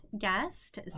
guest